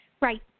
Right